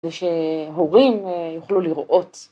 ‫זה שההורים יוכלו לראות.